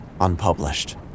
unpublished